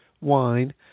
wine